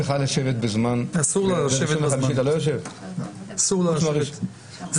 היא צריכה לשבת בזמן --- אסור לה לשבת בזמן --- ביום